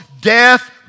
death